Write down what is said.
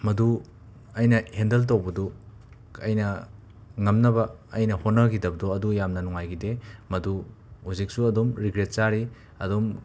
ꯃꯗꯨ ꯑꯩꯅ ꯍꯦꯟꯗꯜ ꯇꯧꯕꯗꯨ ꯑꯩꯅ ꯉꯝꯅꯕ ꯑꯩꯅ ꯍꯣꯠꯅꯈꯤꯗꯕꯗꯨ ꯑꯗꯨ ꯌꯥꯝꯅ ꯅꯨꯡꯉꯥꯏꯒꯤꯗꯦ ꯃꯗꯨ ꯍꯧꯖꯤꯛꯁꯨ ꯑꯗꯨꯝ ꯔꯤꯒ꯭ꯔꯦꯠ ꯆꯥꯔꯤ ꯑꯗꯨꯝ